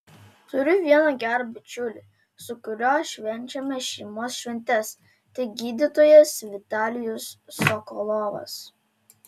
turiu vieną gerą bičiulį su kuriuo švenčiame šeimos šventes tai gydytojas vitalijus sokolovas